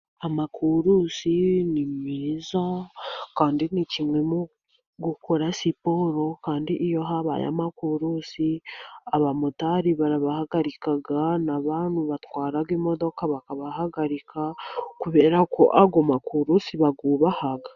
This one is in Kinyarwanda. Amakurusi ni meza, kandi ni kimwe mu gukora siporo kandi iyo habaye amakurusi abamotari barabahagarika, n'abantu batwara imodoka bakabahagarika kubera ko ayo makurusi ba bayuha.